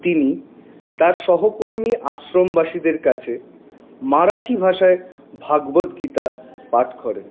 তিনি তার সহকর্মী আশ্রমবাসীদের কাছে মারাঠি ভাষায় ভাগবত গীতা পাঠ করেন